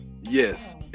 yes